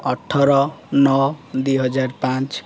ଅଠର ନଅ ଦୁଇହଜାର ପାଞ୍ଚ